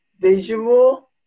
visual